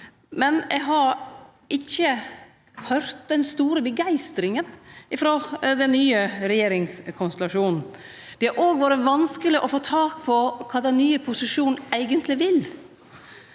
Men eg har ikkje høyrt den store begeistringa frå den nye regjeringskonstellasjonen. Det har òg vore vanskeleg å få tak på kva den nye posisjonen eigentleg vil.